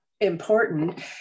important